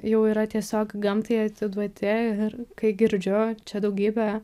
jau yra tiesiog gamtai atiduoti ir kai girdžiu čia daugybę